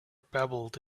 babbled